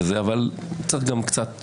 אבל צריך קצת